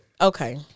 okay